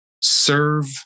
serve